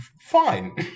Fine